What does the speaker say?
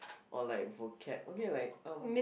or like vocab okay like um